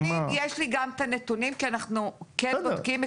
יש לי גם את הנתונים, כי אנחנו כן בודקים.